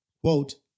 Quote